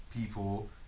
people